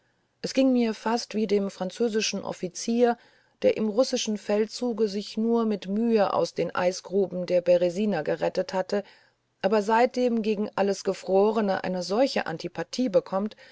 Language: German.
es erging mir fast wie dem französischen offiziere der im russischen feldzuge sich nur mit mühe aus den eisgruben der beresina gerettet hatte aber seitdem gegen alles gefrorene eine solche antipathie bekommen